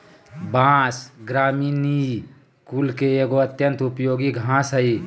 बाँस, ग्रामिनीई कुल के एगो अत्यंत उपयोगी घास हइ